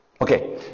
Okay